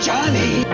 Johnny